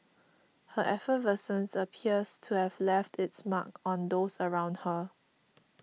her effervescence appears to have left its mark on those around her